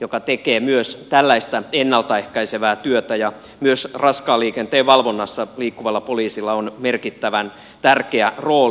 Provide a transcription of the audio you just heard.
joka tekee myös tällaista ennalta ehkäisevää työtä ja myös raskaan liikenteen valvonnassa liikkuvalla poliisilla on merkittävän tärkeä rooli